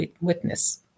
witness